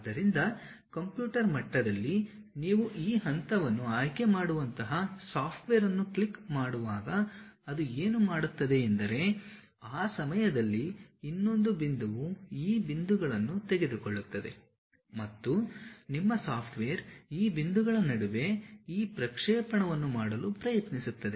ಆದ್ದರಿಂದ ಕಂಪ್ಯೂಟರ್ ಮಟ್ಟದಲ್ಲಿ ನೀವು ಈ ಹಂತವನ್ನು ಆಯ್ಕೆ ಮಾಡುವಂತಹ ಸಾಫ್ಟ್ವೇರ್ ಅನ್ನು ಕ್ಲಿಕ್ ಮಾಡುವಾಗ ಅದು ಏನು ಮಾಡುತ್ತದೆಯೆಂದರೆ ಆ ಸಮಯದಲ್ಲಿ ಇನ್ನೊಂದು ಬಿಂದುವು ಈ ಬಿಂದುಗಳನ್ನು ತೆಗೆದುಕೊಳ್ಳುತ್ತದೆ ಮತ್ತು ನಿಮ್ಮ ಸಾಫ್ಟ್ವೇರ್ ಈ ಬಿಂದುಗಳ ನಡುವೆ ಈ ಪ್ರಕ್ಷೇಪಣವನ್ನು ಮಾಡಲು ಪ್ರಯತ್ನಿಸುತ್ತದೆ